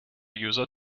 user